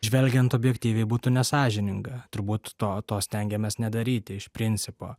žvelgiant objektyviai būtų nesąžininga turbūt to to stengiamės nedaryti iš principo